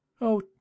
Oh